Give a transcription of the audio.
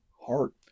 heart